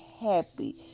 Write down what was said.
happy